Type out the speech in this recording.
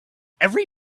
every